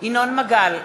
ינון מגל,